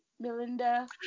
Melinda